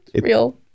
real